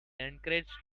encouraged